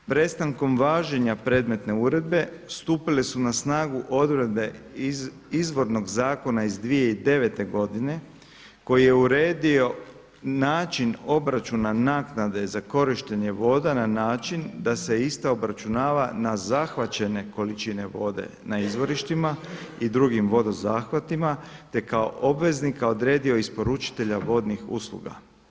Prestankom važenja predmetne uredbe stupile su na snagu odredbe iz izvornog zakona iz 2009. godine koji je uredio način obračuna naknade za korištenje voda na način da se ista obračunava na zahvaćene količine vode na izvorištima i drugim vodozahvatima te kao obveznika odredio isporučitelja vodnih usluga.